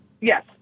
Yes